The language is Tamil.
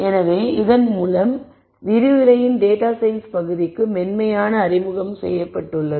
எனவே இதன் மூலம் விரிவுரையின் டேட்டா சயின்ஸ் பகுதிக்கு மென்மையான அறிமுகம் செய்யப்படுகிறது